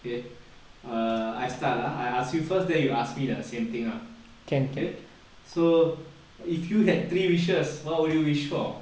okay err I start lah I ask you first then you ask me the same thing ah okay so if you had three wishes what would you wish for